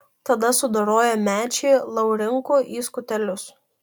tada sudorojo mečį laurinkų į skutelius